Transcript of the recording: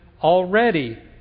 Already